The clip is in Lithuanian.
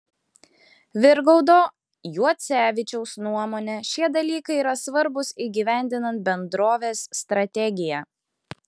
virgaudo juocevičiaus nuomone šie dalykai yra svarbūs įgyvendinant bendrovės strategiją